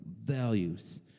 values